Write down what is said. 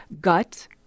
gut